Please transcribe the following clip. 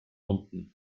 unten